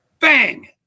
Bang